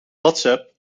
whatsapp